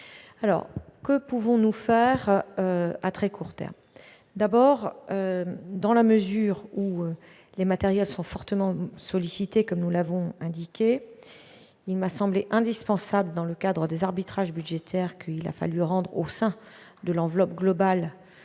Que pouvons-nous faire à très court terme ? Dans la mesure où les matériels sont fortement sollicités, il m'a tout d'abord semblé indispensable, dans le cadre des arbitrages budgétaires qu'il a fallu rendre au sein de l'enveloppe globale